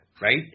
right